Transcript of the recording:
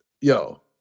Yo